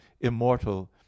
immortal